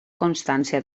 constància